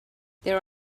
there